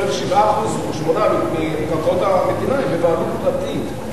בערך 7% או 8% מקרקעות המדינה הן בבעלות פרטית,